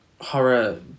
horror